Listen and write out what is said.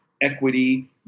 equity